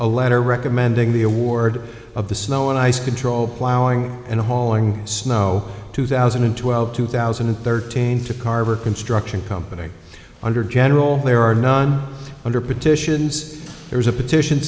a letter recommending the award of the snow and ice control plowing and hauling snow two thousand and twelve two thousand and thirteen to carver construction company under general there are none under petitions there is a petition